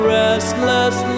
restless